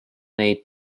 neid